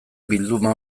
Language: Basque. bilduma